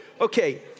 Okay